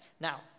Now